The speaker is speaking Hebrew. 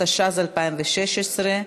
התשע"ז 2016,